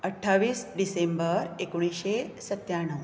अठ्ठावीस डिसेंबर एकोणिशें सत्याणव